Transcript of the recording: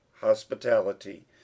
hospitality